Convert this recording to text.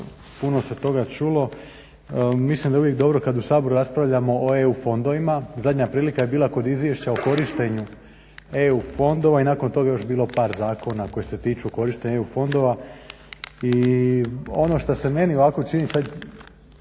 puno se toga čulo. Mislim da je uvijek dobro kad u Saboru raspravljamo o EU fondovima. Zadnja prilika je bila kod Izvješća o korištenju EU fondova i nakon toga je još bilo par zakona koji se tiču korištenja EU fondova. I ono što se meni ovako čini, sad